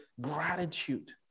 gratitude